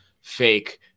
fake